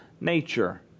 nature